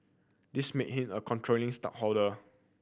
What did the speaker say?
this make him a controlling stoke holder